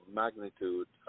magnitude